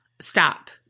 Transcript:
stop